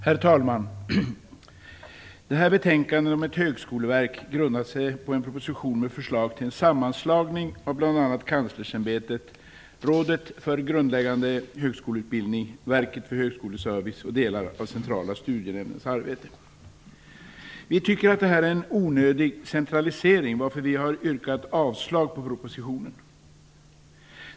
Herr talman! Betänkandet om ett högskoleverk grundar sig på en proposition med förslag till en sammanslagning av bl.a. Kanslersämbetet, Rådet för grundläggande högskoleutbildning, Verket för högskoleservice och delar av Centrala studiestödsnämndens arbete. Vi tycker att detta är en onödig centralisering, varför vi har yrkat avslag på propositionen.